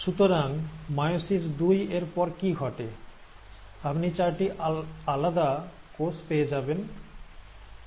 সুতরাং মিয়োসিস দুই এর পর কি ঘটে আপনি চারটি আলাদা কোষ পেয়ে যাবেন